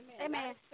Amen